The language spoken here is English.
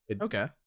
Okay